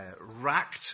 racked